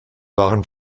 waren